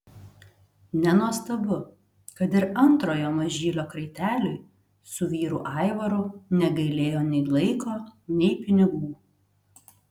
nenuostabu kad ir antrojo mažylio kraiteliui su vyru aivaru negailėjo nei laiko nei pinigų